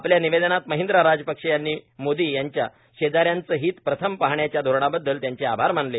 आपल्या निवेदनात महिंद राजपक्षे यांनी मोदी यांच्या शेजाऱ्याचं हित प्रथम पाहण्याच्या धोरणाबद्दल त्यांचे आभार मानले